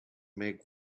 make